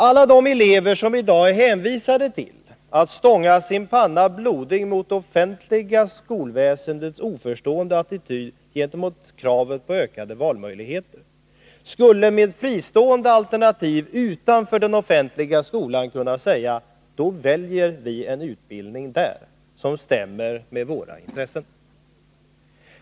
Alla de elever som i dag är hänvisade till att stånga sin panna blodig mot det offentliga skolväsendets oförstående attityd gentemot kravet på ökade valmöjligheter skulle med ett fristående alternativ utanför den offentliga skolan kunna säga: Då väljer vi en utbildning där, som stämmer med våra intressen.